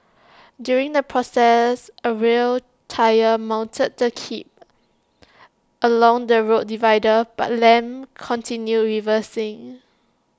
during the process A rear tyre mounted the kerb along the road divider but Lam continued reversing